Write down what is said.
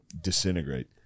disintegrate